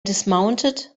dismounted